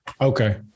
Okay